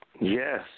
Yes